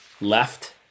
left